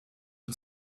une